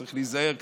צריך להיזהר קצת.